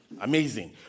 Amazing